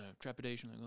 trepidation